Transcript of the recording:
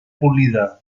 polida